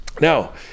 Now